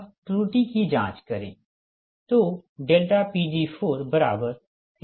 अब त्रुटि की जाँच करें